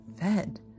fed